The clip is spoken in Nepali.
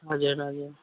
हजुर हजुर